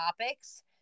topics